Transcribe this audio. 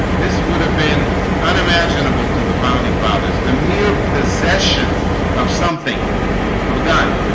this would have been unimaginable to the founding fathers the mere possession of something of a gun